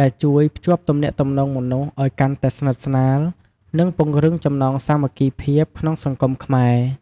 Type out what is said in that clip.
ដែលជួយ ភ្ជាប់ទំនាក់ទំនងមនុស្ស ឲ្យកាន់តែស្និទ្ធស្នាល និងពង្រឹងចំណងសាមគ្គីភាពក្នុងសង្គមខ្មែរ។